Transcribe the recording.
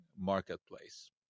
marketplace